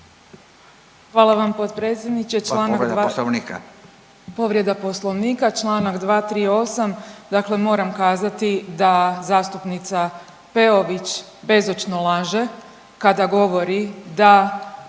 Hvala vam potpredsjedniče.